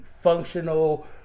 functional